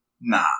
Nah